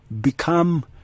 become